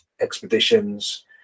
expeditions